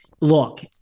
look